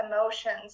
emotions